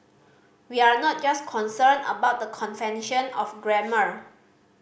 we're not just concerned about the convention of grammar